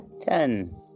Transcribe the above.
Ten